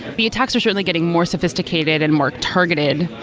the attacks are certainly getting more sophisticated and more targeted.